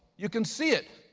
you can see it,